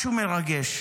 משהו מרגש.